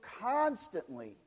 constantly